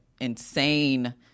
insane